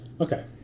Okay